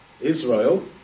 Israel